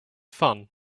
fun